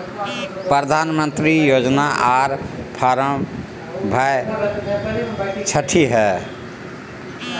प्रधानमंत्री योजना आर फारम भाई छठी है?